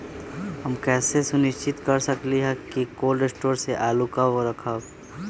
हम कैसे सुनिश्चित कर सकली ह कि कोल शटोर से आलू कब रखब?